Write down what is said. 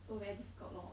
so very difficult lor